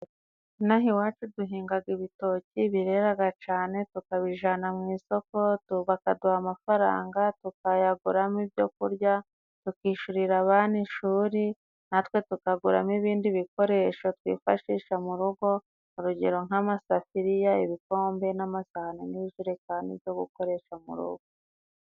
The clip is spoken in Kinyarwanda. Inaha iwacu duhinga ibitoki birera cyane, tukabijyana mu isoko bakaduha amafaranga, tukayaguramo ibyo kurya, tukishyurira abana ishuri natwe tukaguramo ibindi bikoresho, twifashisha mu urugero nk'amasafuriya, ibikombe, n'amasahani n'injerekani zo gukoresha mu rugo.